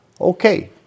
Okay